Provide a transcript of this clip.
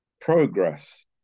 progress